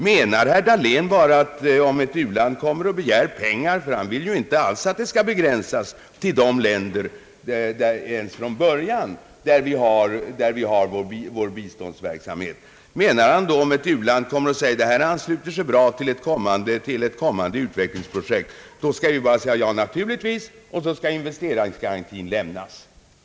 Herr Dahlén vill ju inte att dessa investeringsgarantier ens i början skall begränsas till de länder där vår biståndsverksamhet äger rum. Menar då herr Dahlén att om ett u-land förklarar: »Det här ansluter sig bra till eit kommande utvecklingsprojekt» så skall vi bara säga: Ja, naturligtvis — och så skall investeringsgarantin lämnas?